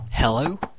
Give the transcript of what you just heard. Hello